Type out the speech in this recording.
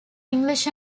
english